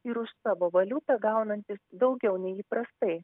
ir už savo valiutą gaunantys daugiau nei įprastai